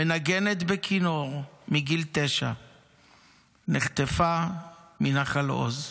מנגנת בכינור מגיל 9. נחטפה מנחל עוז,